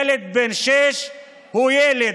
ילד בן שש הוא ילד,